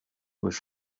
was